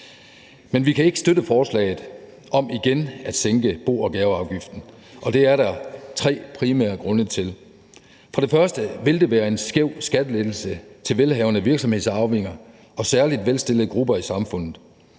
Men vi kan ikke støtte forslaget om igen at sænke bo- og gaveafgiften, og det er der tre primære grunde til. For det første vil det være en skæv skattelettelse til velhavende virksomhedsarvinger og særlig velstillede grupper i samfundet.